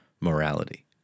morality